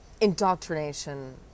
indoctrination